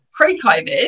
pre-COVID